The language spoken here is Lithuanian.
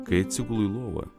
kai atsigulu į lovą